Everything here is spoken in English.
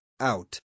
out